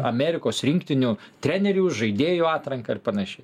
amerikos rinktinių trenerių žaidėjų atranką ir panašiai